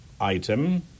item